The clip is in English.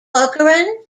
corcoran